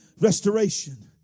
restoration